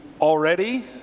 already